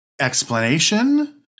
explanation